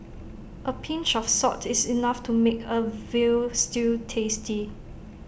A pinch of salt is enough to make A Veal Stew tasty